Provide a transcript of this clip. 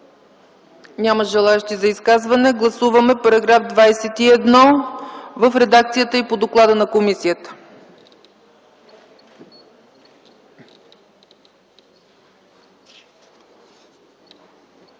Няма желаещи за изказване. Гласуваме § 21 в редакцията и по доклада на комисията.